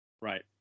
Right